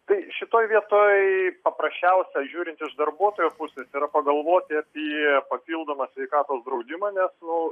tai šitoj vietoj paprasčiausia žiūrinčios darbuotojo pusės yra pagalvoti apie papildomą sveikatos draudimą nes nu